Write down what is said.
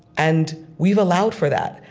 and we've allowed for that.